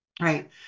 right